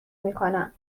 میکنم